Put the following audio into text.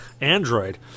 Android